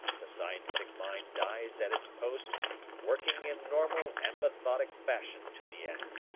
the scientific mind dies at its post working in normal and methodic fashion to the end.